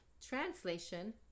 Translation